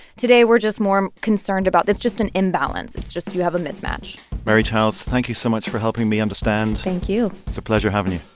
today we're just more concerned about it's just an imbalance. it's just you have a mismatch mary childs, thank you so much for helping me understand thank you it's a pleasure having you